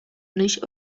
noiz